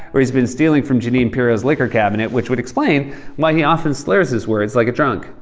or he's been stealing from jeanine pirro's liquor cabinet, which would explain why he often slurs his words like a drunk.